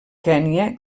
kenya